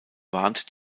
warnt